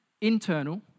internal